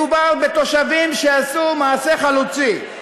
מדובר בתושבים שעשו מעשה חלוצי: